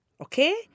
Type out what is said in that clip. Okay